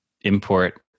import